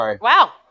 Wow